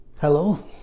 Hello